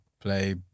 play